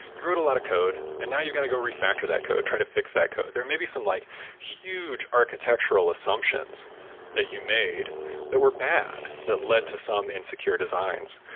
you wrote a lot of code and now you're going to go refactor that code, try to fix that code there may be some like huge architectural assumptions that you made that were bad that led to some insecure designs.